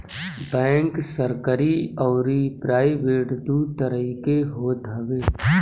bank सरकरी अउरी private दू तरही के होत हवे